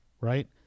right